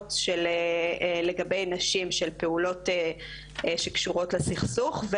המגדריות של פעולות הקשורות לסכסוך לגבי נשים,